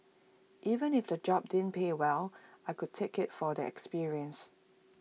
even if the job didn't pay well I could take IT for the experience